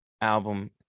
album